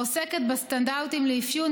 העוסקת בסטנדרטים לאפיון,